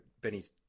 Benny's